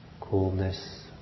coolness